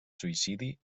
suïcidi